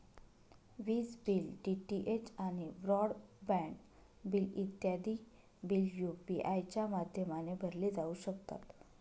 विज bill, DTH आणि broadband bill इत्यादी बिल यू.पी.आय च्या माध्यमाने भरले जाऊ शकतात